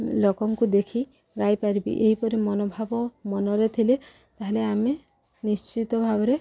ଲୋକଙ୍କୁ ଦେଖି ଗାଇପାରିବି ଏହିପରି ମନୋଭାବ ମନରେ ଥିଲେ ତାହେଲେ ଆମେ ନିଶ୍ଚିତ ଭାବରେ